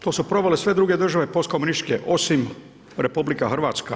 To su probale sve druge države postkomunističke osim RH.